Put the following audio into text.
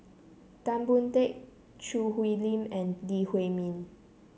Tan Boon Teik Choo Hwee Lim and Lee Huei Min